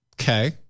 Okay